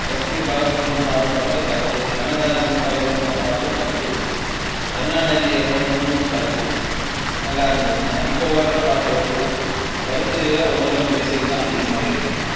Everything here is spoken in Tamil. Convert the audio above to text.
எஸ் பி பாலசுப்ரமணியம் பாடின பாட்டும் கருத்து கண்ணதாசன் எழுதின பாட்டும் கருத்து கருணாநிதி எழுதுனதும் கருத்து நல்லா இருந்ததுங்க இப்போ வர பாட்டு வந்து கருத்து இல்லை ஒன்றும் இல்லை மியூசிக் தான் அதிகமாக இருக்குது